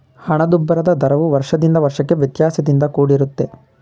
ಹಣದುಬ್ಬರದ ದರವು ವರ್ಷದಿಂದ ವರ್ಷಕ್ಕೆ ವ್ಯತ್ಯಾಸದಿಂದ ಕೂಡಿರುತ್ತೆ